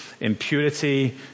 impurity